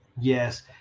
yes